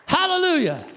hallelujah